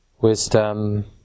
wisdom